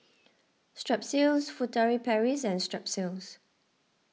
Strepsils Furtere Paris and Strepsils